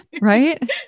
right